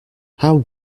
how